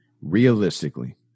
Realistically